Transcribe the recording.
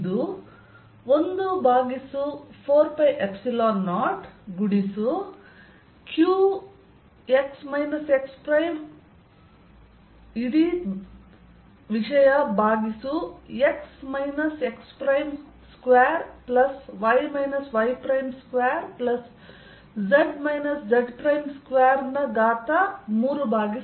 ಇದು 14π0 qx x prime ಭಾಗಿಸು x x2y y2z z2 ರ ಘಾತ 32